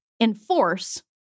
Enforce